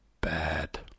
bad